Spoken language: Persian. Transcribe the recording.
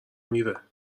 میره